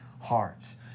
hearts